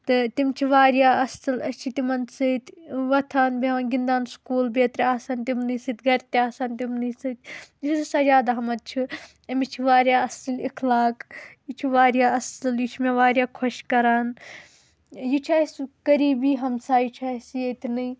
تہٕ تِم چھِ وارِیاہ اَصٕل أسۍ چھِ تِمن سۭتۍ وۄتھان بیٚہوان گِنٛدان سکوٗل بٮ۪ترِ آسن تِمنٕے سۭتۍ گَرِ تہِ آسان تِمنٕے سۭتۍ یُس یہِ سَجاد احمد چھُ أمِس چھِ وارِاہ اَصٕل اِخلاق یہِ چھُ وارِیاہ اَصٕل یہِ چھُ مےٚ وارِیاہ خۄش کَران یہِ چھُ اَسہِ قریبی ہمساے چھُ اَسہِ ییٚتہِ نٕے